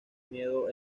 miedo